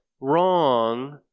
wrong